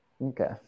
Okay